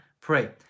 pray